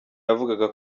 yavugaga